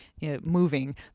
moving